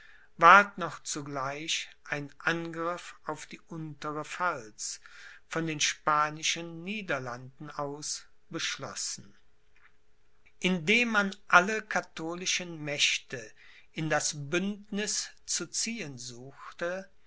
ward noch zugleich ein angriff auf die untere pfalz von den spanischen niederlanden aus beschlossen indem man alle katholischen mächte in das bündniß zu ziehen suchte